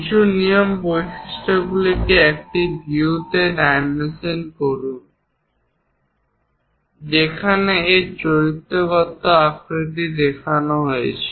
কিছু নিয়ম বৈশিষ্ট্যটিকে একটি ভিউতে ডাইমেনশন করুন যেখানে এর চরিত্রগত আকৃতি দেখানো হয়েছে